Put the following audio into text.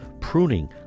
pruning